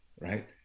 right